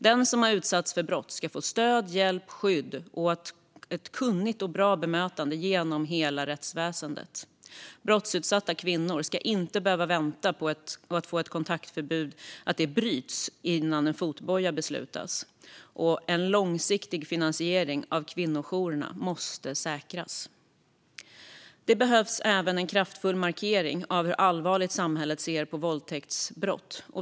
Den som har utsatts för brott ska få stöd, hjälp, skydd och ett kunnigt och bra bemötande genom hela rättsväsendet. Brottsutsatta kvinnor ska inte behöva vänta på att ett kontaktförbud bryts innan det beslutas om fotboja. En långsiktig finansiering av kvinnojourerna måste också säkras. Det behövs även en kraftfull markering av hur allvarligt samhället ser på våldtäktsbrott.